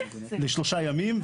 לשלושה ימין,